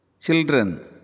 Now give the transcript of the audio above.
Children